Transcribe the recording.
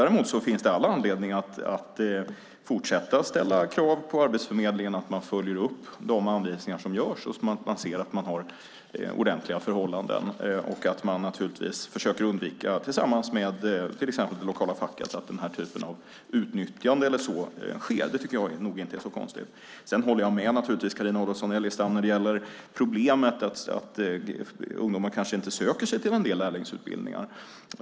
Däremot finns det all anledning att fortsätta att ställa krav på Arbetsförmedlingen att följa upp de anvisningar som ges, så att man ser att det är ordentliga förhållanden. Man kan tillsammans med till exempel det lokala facket försöka undvika att den här typen av utnyttjande sker. Det tycker jag nog inte är så konstigt. Jag håller naturligtvis med Carina Adolfsson Elgestam när det gäller problemet att ungdomar kanske inte söker sig till en del lärlingsutbildningar.